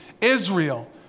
Israel